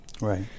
right